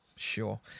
sure